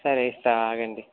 సరే ఇస్తా ఆగండి